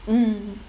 mm